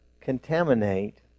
contaminate